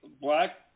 Black